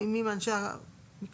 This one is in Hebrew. מי אנשי הקשר.